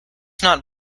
not